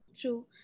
True